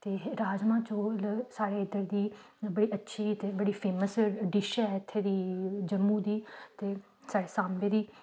ते राजमाह् चौल साढ़े इद्धर दी बड़ी अच्छी ते बड़ी फेमस डिश ऐ इत्थै दी जम्मू दी ते साढ़े साम्बे दी